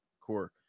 core